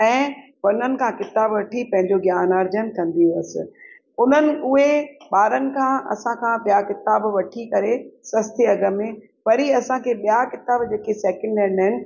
ऐं उन्हनि खां किताब वठी पंहिंजो ज्ञान अर्जन कंदी हुअसि उन्हनि उहे ॿारनि खां असांखां ॿिया किताब वठी करे सस्ते अघि में वरी असांखे ॿिया किताब जेके सैकिंड हैंड आहिनि